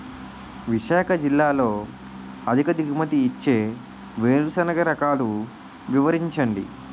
విశాఖ జిల్లాలో అధిక దిగుమతి ఇచ్చే వేరుసెనగ రకాలు వివరించండి?